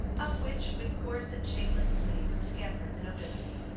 up which with coarse and shameless glee would scamper the nobility.